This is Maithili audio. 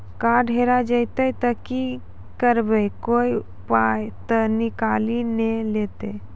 कार्ड हेरा जइतै तऽ की करवै, कोय पाय तऽ निकालि नै लेतै?